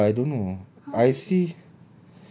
no lah I don't know I see